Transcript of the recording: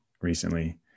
recently